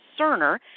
Cerner